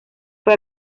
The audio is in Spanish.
fue